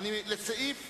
אני מצביע